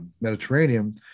Mediterranean